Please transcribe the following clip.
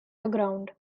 aground